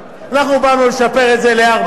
באנו לשפר את זה לארבע שנים.